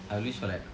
I'll wish for like